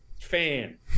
Fan